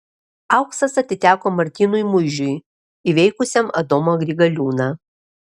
auksas atiteko martynui muižiui įveikusiam adomą grigaliūną